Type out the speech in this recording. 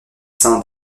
saints